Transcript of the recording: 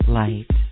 light